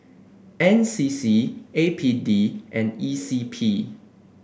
N C C A P D and E C P